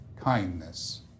kindness